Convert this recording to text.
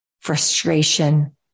frustration